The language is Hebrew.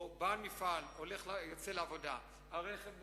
או בעל מפעל יוצא לעבודה, הרכב מוכר,